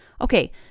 Okay